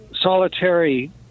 solitary